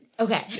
Okay